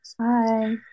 Hi